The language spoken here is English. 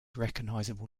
recognizable